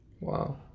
Wow